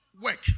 work